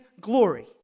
glory